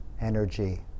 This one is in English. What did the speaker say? energy